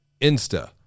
Insta